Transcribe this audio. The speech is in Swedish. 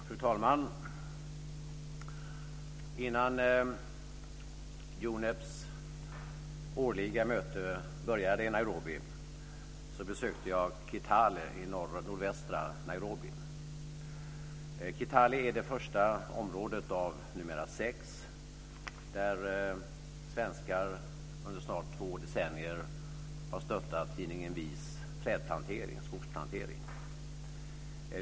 Fru talman! Innan UNEP:s årliga möte började i Nairobi besökte jag Kitale i nordvästra Kenya. Kitale är det första området av numera sex där svenskar under snart två decennier har stöttat tidningen Vi:s skogsplantering.